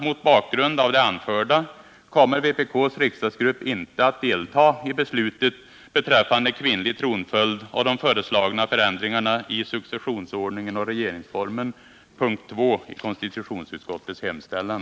Mot bakgrund av det anförda kommer inte vpk:s riksdagsgrupp att delta i beslutet beträffande kvinnlig tronföljd och de föreslagna ändringarna i successionsordningen och regeringsformen, punkt 2 i konstitutionsutskottets hemställan.